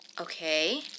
Okay